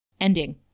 ending